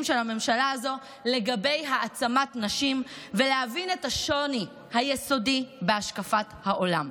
של הממשלה הזאת לגבי העצמת נשים ולהבין את השוני היסודי בהשקפת העולם.